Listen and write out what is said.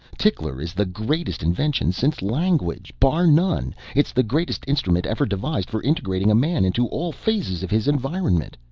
tickler is the greatest invention since language. bar none, it's the greatest instrument ever devised for integrating a man into all phases of his environment.